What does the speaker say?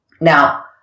Now